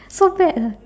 so bad ah